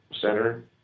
center